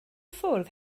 ffwrdd